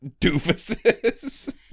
doofuses